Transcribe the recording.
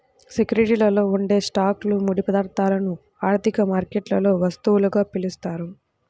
సెక్యూరిటీలలో ఉండే స్టాక్లు, ముడి పదార్థాలను ఆర్థిక మార్కెట్లలో వస్తువులుగా పిలుస్తారు